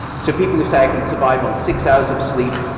so people who say, i can survive on six hours of sleep,